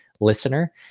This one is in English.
listener